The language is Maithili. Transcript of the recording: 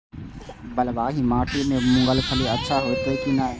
बलवाही माटी में मूंगफली अच्छा होते की ने?